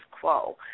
quo